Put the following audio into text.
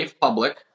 public